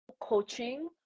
coaching